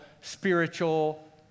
spiritual